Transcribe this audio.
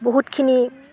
বহুতখিনি